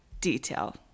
detail